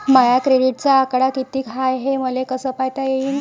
माया क्रेडिटचा आकडा कितीक हाय हे मले कस पायता येईन?